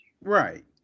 Right